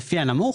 לפי הנמוך,